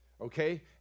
Okay